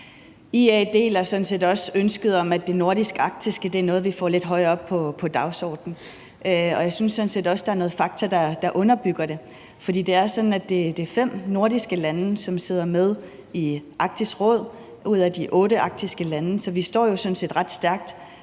IA deler ønsket om, at det nordisk-arktiske er noget, vi får lidt højere op på dagsordenen, og jeg synes sådan set også, at der er noget fakta, der underbygger det, for det er sådan, at det er fem nordiske lande, som sidder med i Arktisk Råd, ud af de otte arktiske lande. Så vi står jo sådan